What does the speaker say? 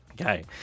Okay